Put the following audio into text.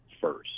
first